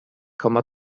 komma